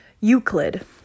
Euclid